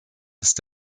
ist